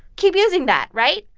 keep using that, right?